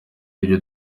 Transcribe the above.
ibyo